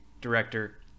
director